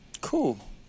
cool